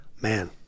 man